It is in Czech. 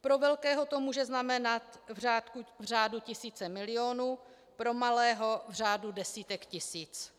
Pro velkého to může znamenat v řádu tisíce milionů, pro malého v řádu desítek tisíc.